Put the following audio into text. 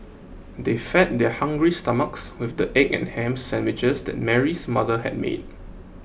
they fed their hungry stomachs with the egg and ham sandwiches that Mary's mother had made